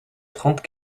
trente